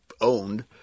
owned